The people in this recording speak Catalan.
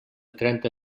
trenta